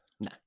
No